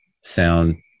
sound